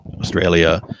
Australia